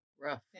rough